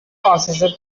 officer